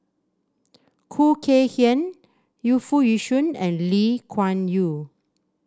Khoo Kay Hian Yu Foo Yee Shoon and Lee Kuan Yew